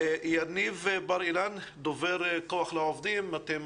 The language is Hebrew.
דובר כוח לעובדים,